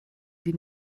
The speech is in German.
die